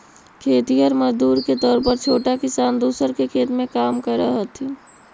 खेतिहर मजदूर के तौर पर छोटा किसान दूसर के खेत में काम करऽ हथिन